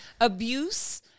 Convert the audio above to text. abuse